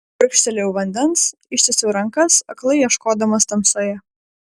gurkštelėjau vandens ištiesiau rankas aklai ieškodamas tamsoje